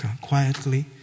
Quietly